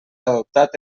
adoptat